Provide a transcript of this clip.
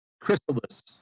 chrysalis